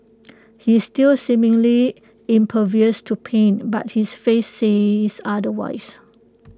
he's still seemingly impervious to pain but his face says otherwise